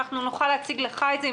נוכל להציג לך את זה,